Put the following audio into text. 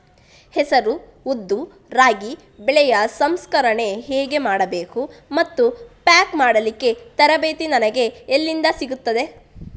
ಹೆಸರು, ಉದ್ದು, ರಾಗಿ ಬೆಳೆಯ ಸಂಸ್ಕರಣೆ ಹೇಗೆ ಮಾಡಬೇಕು ಮತ್ತು ಪ್ಯಾಕ್ ಮಾಡಲಿಕ್ಕೆ ತರಬೇತಿ ನನಗೆ ಎಲ್ಲಿಂದ ಸಿಗುತ್ತದೆ?